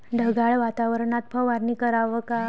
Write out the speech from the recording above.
ढगाळ वातावरनात फवारनी कराव का?